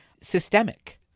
systemic